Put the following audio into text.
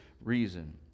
reason